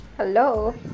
Hello